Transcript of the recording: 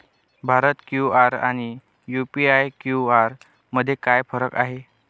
Bharat QR आणि UPI QR मध्ये काय फरक आहे?